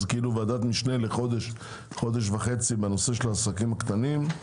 אז ועדת משנה לחודש-חודש וחצי בנושא של העסקים הקטנים.